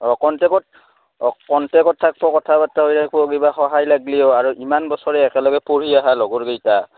অঁ কণ্টেক্টত অঁ কণ্টেক্টত থাকব কথা বাত্ৰা হৈ থাকব কিবা সহায় লাগলিও আৰু ইমান বছৰে একেলগে পঢ়ি আহা লগৰকেইটা